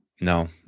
no